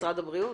משרד הבריאות.